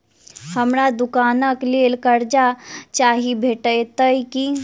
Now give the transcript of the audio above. हमरा दुकानक लेल कर्जा चाहि भेटइत की?